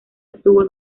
obtuvo